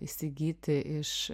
įsigyti iš